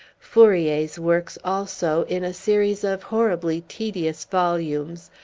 fourier's works, also, in a series of horribly tedious volumes,